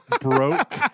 broke